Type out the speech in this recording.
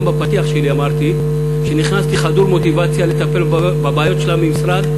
גם בפתיח שלי אמרתי שנכנסתי חדור מוטיבציה לטפל בבעיות של המשרד,